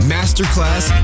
Masterclass